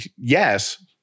yes